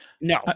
no